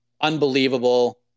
Unbelievable